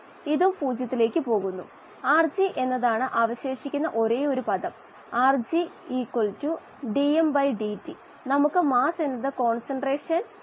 ഇത് മാധ്യമത്തിലെ മൊത്തം ഓക്സിജൻ സാന്ദ്രതയാൽ ഗുണിച്ചാൽ മോളാർ സാന്ദ്രതയുടെ അടിസ്ഥാനം ലഭിക്കുന്നു